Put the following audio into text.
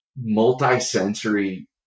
multi-sensory